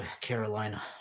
Carolina